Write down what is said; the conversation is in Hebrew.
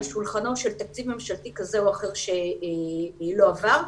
שולחנו של תקציב ממשלתי כזה או אחר שלא עבר.